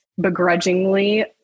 begrudgingly